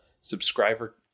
subscriber